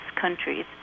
countries